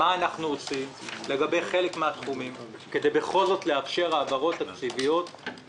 מה אנחנו עושים לגבי חלק מהתחומים כדי בכל זאת לאפשר העברות תקציטיות,